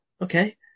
Okay